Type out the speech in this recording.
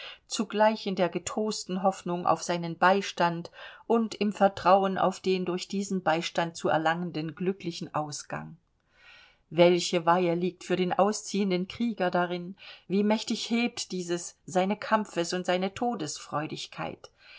zugleich in der getrosten hoffnung auf seinen beistand und im vertrauen auf den durch diesen beistand zu erlangenden glücklichen ausgang welche weihe liegt für den ausziehenden krieger darin wie mächtig hebt dies seine kampfes und seine